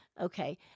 Okay